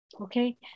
okay